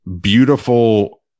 beautiful